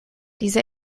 diese